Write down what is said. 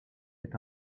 est